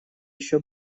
еще